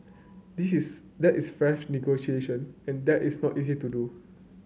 this is that is fresh negotiation and that is not easy to do